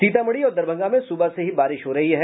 सीतामढ़ी और दरभंगा में सुबह से ही बारिश हो रही है